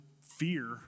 fear